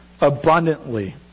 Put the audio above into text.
abundantly